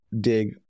dig